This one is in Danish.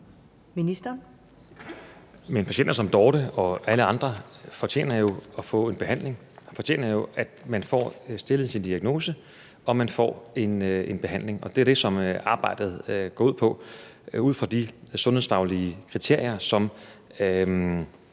Patienter som Dorthe og alle andre fortjener jo at få en behandling. De fortjener jo, at de får stillet deres diagnose, og at de får en behandling, og det er jo det, som arbejdet går ud på ud fra de sundhedsfaglige kriterier, som